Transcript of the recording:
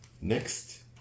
Next